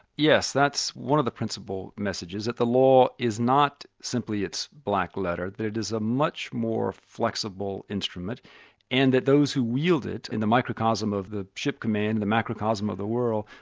yes, that's one of the principal messages that the law is not simply it's black letter, that it is a much more flexible instrument and that those who wield it in a microcosm of the ship command, the macrocosm of the world,